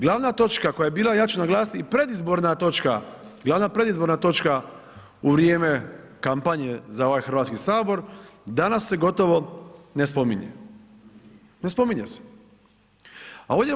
Glavna točka koja je bila, ja ću naglasiti i predizborna točka, glavna predizborna točka u vrijeme kampanje za ovaj Hrvatski sabor danas se gotovo ne spominje, ne spominje se.